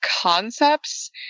concepts